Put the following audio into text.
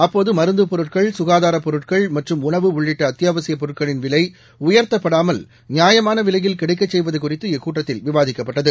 அப்போது மருந்து பொருட்கள் ககாதாரப் பொருட்கள் மற்றும் உணவு உள்ளிட்ட அத்தியாவசிய பொருட்களின் விலை உயர்த்தப்படாமல் நியாயமான விலையில் கிடைக்க செய்வது குறித்து இக்கூட்டத்தில் விவாதிக்கப்பட்டது